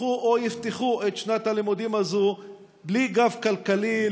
פתחו או יפתחו את שנת הלימודים הזו בלי גב כלכלי,